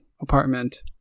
apartment